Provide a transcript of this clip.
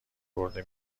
برده